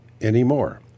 anymore